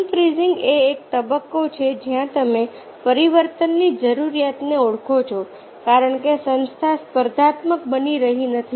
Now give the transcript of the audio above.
unfreezing એ એક તબક્કો છે જ્યાં તમે પરિવર્તનની જરૂરિયાતને ઓળખો છો કારણ કે સંસ્થા સ્પર્ધાત્મક બની રહી નથી